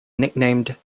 nicknamed